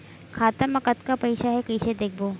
खाता मा कतका पईसा हे कइसे देखबो?